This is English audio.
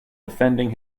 defending